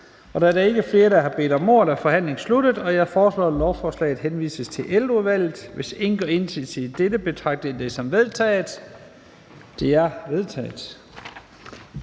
Da der ikke er flere, der har bedt om ordet, er forhandlingen sluttet. Jeg foreslår, at lovforslaget henvises til Ældreudvalget. Hvis ingen gør indsigelse mod dette, betragter jeg det som vedtaget. Det er vedtaget.